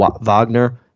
Wagner